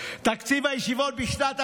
תקציב הישיבות בשנת 2022,